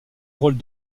rôles